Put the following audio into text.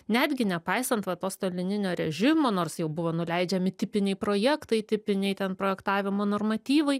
netgi nepaisant va to stalininio režimo nors jau buvo nuleidžiami tipiniai projektai tipiniai ten projektavimo normatyvai